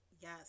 Yes